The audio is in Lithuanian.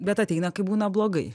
bet ateina kai būna blogai